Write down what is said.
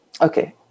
Okay